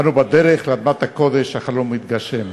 אנו בדרך לאדמת הקודש, החלום התגשם.